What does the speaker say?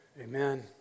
Amen